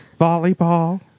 volleyball